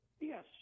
yes